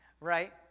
right